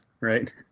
right